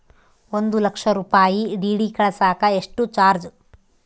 ಒಂದು ಲಕ್ಷ ರೂಪಾಯಿ ಡಿ.ಡಿ ಕಳಸಾಕ ಎಷ್ಟು ಚಾರ್ಜ್?